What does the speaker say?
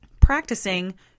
practicing